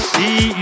See